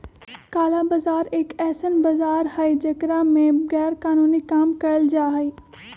काला बाजार एक ऐसन बाजार हई जेकरा में गैरकानूनी काम कइल जाहई